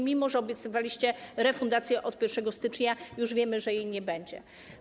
Mimo że obiecywaliście refundację od 1 stycznia, to już wiemy, że jej nie będzie.